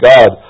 God